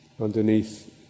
underneath